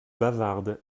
bavarde